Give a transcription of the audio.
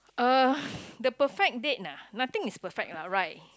uh the perfect date ah nothing is perfect lah right